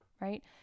Right